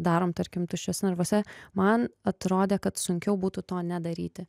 darom tarkim tuščiuose narvuose man atrodė kad sunkiau būtų to nedaryti